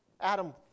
Adam